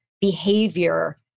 behavior